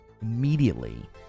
immediately